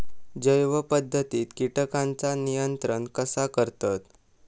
जैव पध्दतीत किटकांचा नियंत्रण कसा करतत?